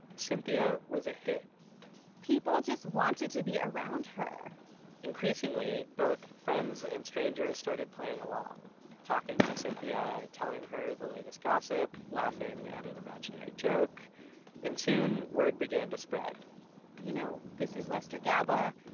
cynthia was a hit people just wanted to be around her increasingly both friends and strangers started playing along talking to cynthia, telling her the latest gossip, laughing at an imaginary joke and soon word began to spread you know, this is lester gaba.